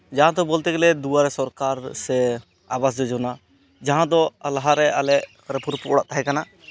ᱡᱟᱦᱟᱸ ᱫᱚ ᱵᱚᱞᱛᱮ ᱜᱮᱞᱮ ᱫᱩᱣᱟᱨᱮ ᱥᱚᱨᱠᱟᱨ ᱥᱮ ᱟᱵᱟᱥ ᱡᱳᱡᱚᱱᱟ ᱡᱟᱦᱟᱸ ᱫᱚ ᱞᱟᱦᱟᱨᱮ ᱟᱞᱮ ᱨᱟᱹᱯᱩᱜ ᱨᱟᱹᱯᱩᱜ ᱚᱲᱟᱜ ᱛᱟᱦᱮᱸ ᱠᱟᱱᱟ